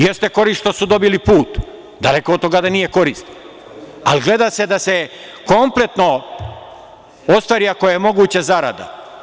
Jeste korist što su dobili put, daleko od toga da nije korist, ali gleda se da se kompletno ostvari, ako je moguće, zarada.